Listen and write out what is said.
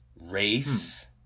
Race